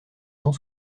cent